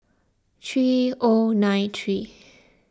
three O nine three